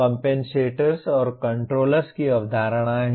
compensators और controllers की अवधारणाएँ हैं